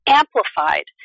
amplified